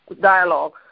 dialogue